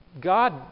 God